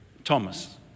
Thomas